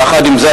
יחד עם זה,